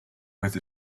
with